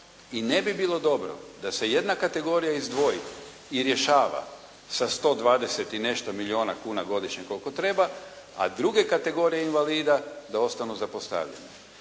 I ne bi bilo dobro da se jedna kategorija izdvoji i rješava sa 120 i nešto milijuna kuna godišnje, koliko treba, a druge kategorije invalida da ostanu zapostavljene.